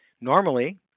normally